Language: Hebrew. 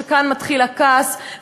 שכאן מתחיל הכעס,